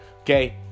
Okay